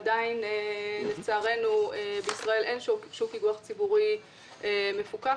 עדיין לצערנו בישראל אין שוק איגוח ציבורי מפוקח.